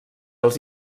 els